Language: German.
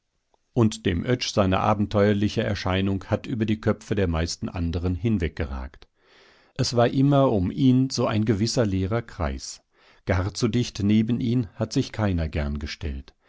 und dem oetsch seine abenteuerliche erscheinung hat über die köpfe der meisten anderen hinweggeragt es war immer um ihn so ein gewisser leerer kreis gar zu dicht neben ihn hat sich keiner gern gestellt